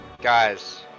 Guys